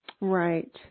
Right